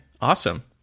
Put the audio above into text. awesome